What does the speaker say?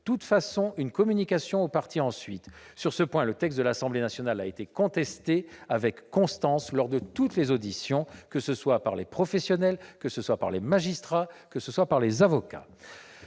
de toute façon, ensuite, une communication aux parties. Sur ce point, le texte de l'Assemblée nationale a été contesté avec constance lors de toutes les auditions, que ce soit par les professionnels, par les magistrats ou par les avocats.